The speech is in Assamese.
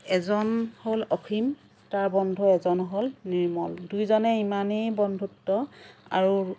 এজন হ'ল অসীম তাৰ বন্ধু এজন হ'ল নিৰ্মল দুইজনেই ইমানেই বন্ধুত্ব আৰু